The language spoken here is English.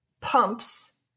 pumps